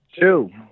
Two